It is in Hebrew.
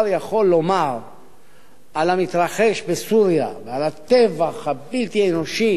יכול לומר על המתרחש בסוריה ועל הטבח הבלתי-אנושי,